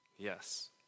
Yes